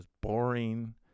boring